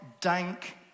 dank